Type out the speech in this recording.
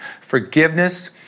forgiveness